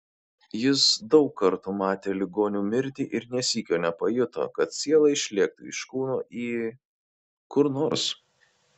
jis daug kartų matė ligonių mirtį ir nė sykio nepajuto kad siela išlėktų iš kūno į kur nors